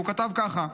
הוא כתב ככה: